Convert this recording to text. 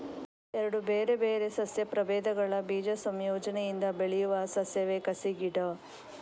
ಎರಡು ಬೇರೆ ಬೇರೆ ಸಸ್ಯ ಪ್ರಭೇದಗಳ ಬೀಜ ಸಂಯೋಜನೆಯಿಂದ ಬೆಳೆಯುವ ಸಸ್ಯವೇ ಕಸಿ ಗಿಡ